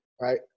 right